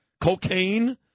Cocaine